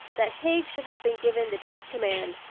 that haig should have been given the chief command.